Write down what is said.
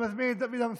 אני מזמין את דוד אמסלם,